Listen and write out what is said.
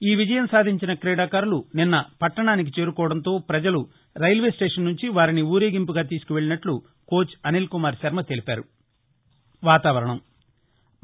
ఈ విజయం సాధించిన క్రీడాకారులు నిన్న పట్లణానికి చేరుకోవడంతో పజలు రైల్వే స్టేషన్ నుండి వారిని ఊరేగింపుగా తీసుకెళ్లినట్లు కోచ్ అనిల్కుమార్ శర్మ తెలిపారు